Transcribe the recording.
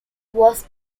was